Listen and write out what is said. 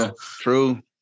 true